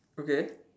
okay